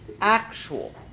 actual